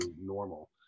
normal